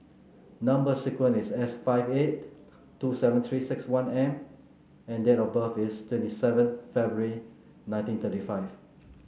number sequence is S five eight two seven Three six one M and date of birth is twenty seven February nineteen thirty five